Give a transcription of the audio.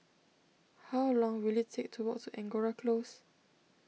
how long will it take to walk to Angora Close